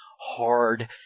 hard